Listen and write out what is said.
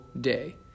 day